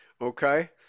Okay